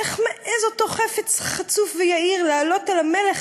/ איך מעז אותו חפץ חצוף ויהיר / לעלות על המלך,